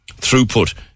throughput